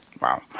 Wow